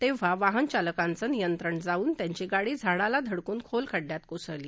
तेव्हा वाहन चालकाचं नियंत्रण जाऊन त्यांची गाडी झाडाला धडकून खोल खड्ड्यात कोसळली